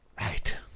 Right